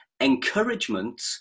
encouragement